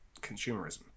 consumerism